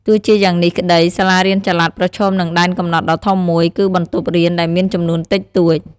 ទោះជាយ៉ាងនេះក្តី សាលារៀនចល័តប្រឈមនឹងដែនកំណត់ដ៏ធំមួយ គឺបន្ទប់រៀនដែលមានចំនួនតិចតួច។